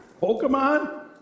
Pokemon